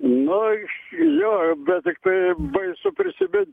nu iš jo bet tiktai baisu prisimint